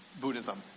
Buddhism